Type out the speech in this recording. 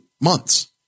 months